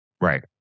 Right